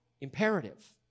imperative